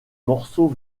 morceaux